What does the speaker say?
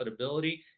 profitability